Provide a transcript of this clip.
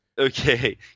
Okay